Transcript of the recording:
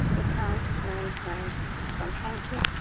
we can't learn words from anki.